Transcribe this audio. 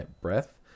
breath